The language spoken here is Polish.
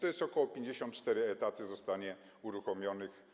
Około 54 etatów zostanie uruchomionych.